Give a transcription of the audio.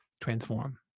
transform